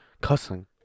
Cussing